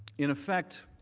in effect,